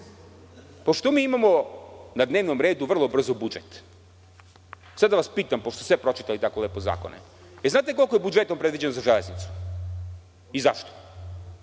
pošto mi imamo na dnevnom redu vrlo brzo budžet, pošto ste pročitali tako lepo zakone, znate li koliko je budžetom predviđeno za Železnicu i zašto?